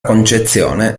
concezione